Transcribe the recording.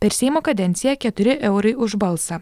per seimo kadenciją keturi eurai už balsą